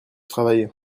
travaille